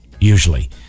usually